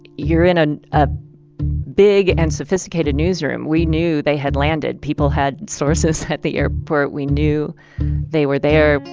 you're in a ah big and sophisticated newsroom. we knew they had landed. people had sources at the airport. we knew they were there,